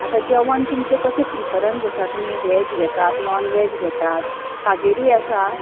आतां जेवण तुमचें कशें प्रिफरन्स आसा तुमी वॅज घेतात नॉन वॅज घेतात ताचेरूय आसा